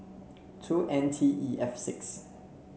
two N T E F six